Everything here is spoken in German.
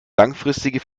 langfristige